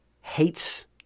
hates